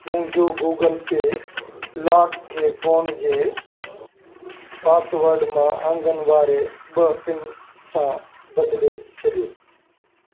मुंहिंजे Google pay lock खे phone जे पासवड मां अंगनि वारे ॿ पिन सां बदिले छॾियो